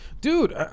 dude